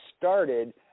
started